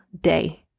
day